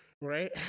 Right